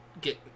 get